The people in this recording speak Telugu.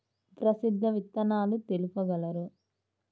ప్రసిద్ధ విత్తనాలు తెలుపగలరు?